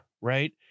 right